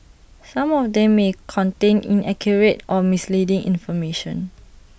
some of them may contain inaccurate or misleading information